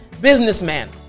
businessman